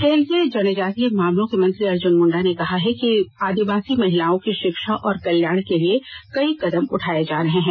केन्द्रीय जनजातीय मामलों के मंत्री अर्जुन मुंडा ने कहा है कि आदिवासी महिलाओं की शिक्षा और कल्याण के लिए कई कदम उठाये जा रहे हैं